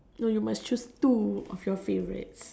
no you must choose two of your favourites